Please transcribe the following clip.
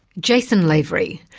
jason lavery,